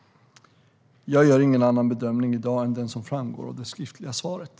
Jag gör ingen annan bedömning i dag än den som framgår av det skriftliga svaret.